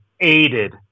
aided